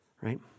Right